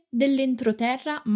dell'entroterra